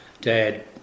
Dad